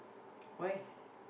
why